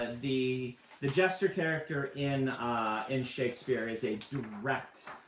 the the jester character in ah in shakespeare is a direct